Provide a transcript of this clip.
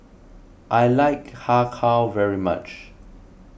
I like Har Kow very much